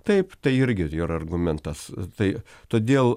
taip tai irgi yra argumentas tai todėl